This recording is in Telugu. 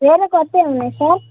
వేరే కొత్తవి ఉన్నాయా సార్